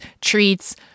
treats